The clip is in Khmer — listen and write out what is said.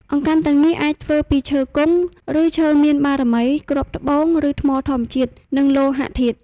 អង្កាំទាំងនេះអាចធ្វើពីឈើគង់ ឬឈើមានបារមី គ្រាប់ត្បូង ឬថ្មធម្មជាតិ និងលោហៈធាតុ។